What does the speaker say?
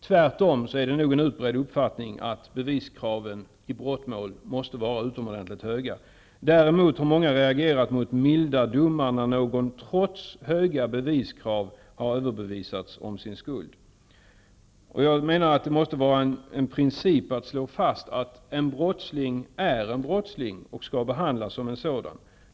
Tvärtom är det nog en utbredd uppfattning att beviskraven i brottmål måste vara utomordentligt höga. Däremot har många reagerat mot milda domar, när någon trots höga beviskrav har överbevisats om sin skuld. Jag menar att det måste vara en princip att slå fast att en brottsling är en brottsling och skall behandlas som en sådan.